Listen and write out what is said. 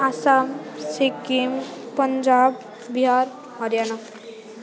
Assam Sikkim Punjab Bihar Haryana